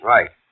Right